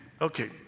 Okay